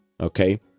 Okay